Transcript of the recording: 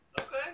Okay